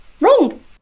wrong